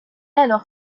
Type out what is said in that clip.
alors